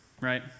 right